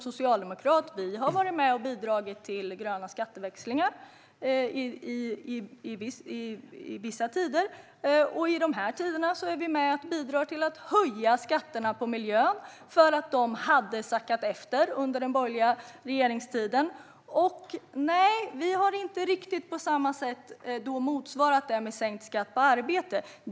Socialdemokraterna har varit med och bidragit till gröna skatteväxlingar i vissa tider. I dessa tider är vi med och bidrar till att höja skatterna på miljön, eftersom de sackade efter under den borgerliga regeringstiden. Vi har inte riktigt på samma sätt låtit det motsvara sänkt skatt på arbete.